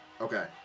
Okay